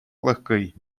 легкий